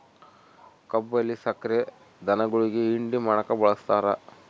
ಕಬ್ಬಿಲ್ಲಿ ಸಕ್ರೆ ಧನುಗುಳಿಗಿ ಹಿಂಡಿ ಮಾಡಕ ಬಳಸ್ತಾರ